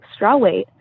Strawweight